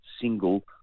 single